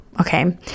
Okay